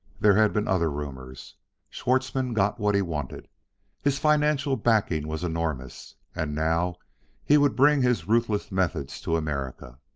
there had been other rumors schwartzmann got what he wanted his financial backing was enormous. and now he would bring his ruthless methods to america.